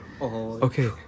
Okay